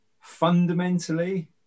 Fundamentally